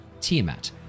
Tiamat